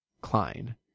Klein